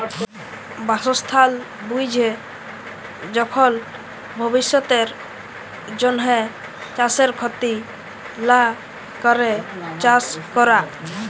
বাসস্থাল বুইঝে যখল ভবিষ্যতের জ্যনহে চাষের খ্যতি লা ক্যরে চাষ ক্যরা